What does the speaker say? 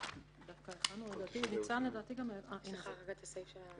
הצלחנו שתהיה מכולת פינוי לפסולת בניין,